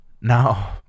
Now